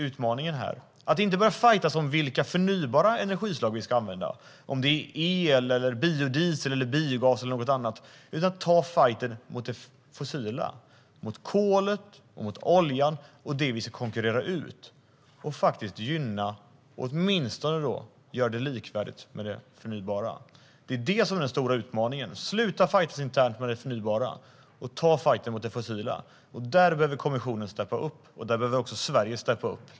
Utmaningen är att inte börja fajtas om vilka förnybara energislag vi ska använda - el, biodiesel, biogas eller något annat - utan ta fajten mot det fossila, mot kolet och mot oljan, och det vi ska konkurrera ut och faktiskt gynna, åtminstone göra likvärdigt: det förnybara. Det är den stora utmaningen. Sluta fajtas internt med det förnybara och ta fajten mot det fossila. Där behöver kommissionen och Sverige steppa upp.